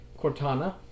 cortana